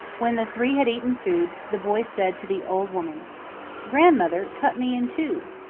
when the three had eaten food, the boy said to the old woman grandmother, cut me in two!